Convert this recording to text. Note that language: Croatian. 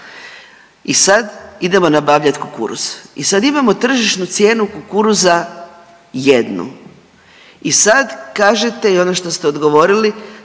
i sad idemo nabavljat kukuruz i sad imamo tržišnu cijenu kukuruza jednu i sad kažete i ono što ste odgovorili